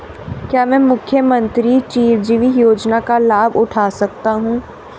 क्या मैं मुख्यमंत्री चिरंजीवी योजना का लाभ उठा सकता हूं?